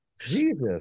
Jesus